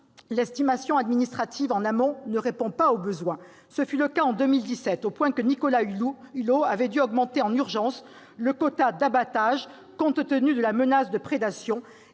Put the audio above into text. l'estimation administrative en amont ne répond pas aux besoins- ce fut le cas en 2017, au point que Nicolas Hulot avait dû augmenter en urgence le quota d'abattage, compte tenu de la menace de prédation